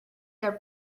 their